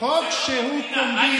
חוק שהוא קומבינה.